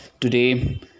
today